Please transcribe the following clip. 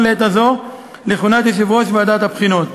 לעת הזאת לכהונת יושב-ראש ועדת הבחינות.